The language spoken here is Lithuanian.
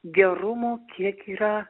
gerumo kiek yra